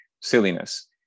silliness